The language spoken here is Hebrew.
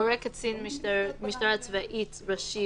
הורה קצין משטרה צבאית ראשי,